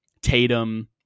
Tatum